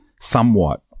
somewhat